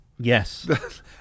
Yes